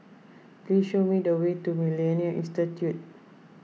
please show me the way to Millennia Institute